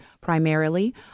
primarily